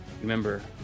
Remember